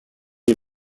ait